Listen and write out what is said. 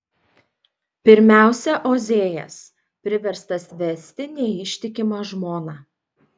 pirmiausia ozėjas priverstas vesti neištikimą žmoną